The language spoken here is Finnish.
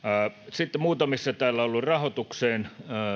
sitten muutamat täällä ovat liittyneet rahoitukseen